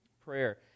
prayer